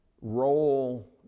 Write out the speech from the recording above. role